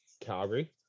Calgary